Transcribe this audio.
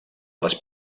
les